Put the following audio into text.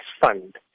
Fund